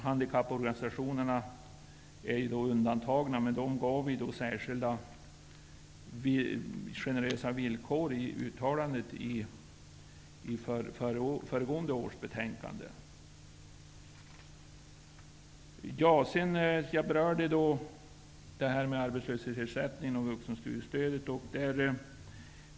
Handikapporganisationerna är undantagna, men vi gav dem särskilt generösa villkor i uttalandet i föregående års betänkande. Jag berörde arbetslöshetsersättningen och vuxenstudiestödet.